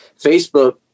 Facebook